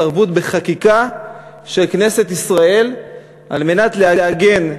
התערבות בחקיקה של כנסת ישראל על מנת לעגן,